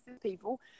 people